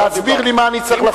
להסביר לי מה אני צריך לחשוב.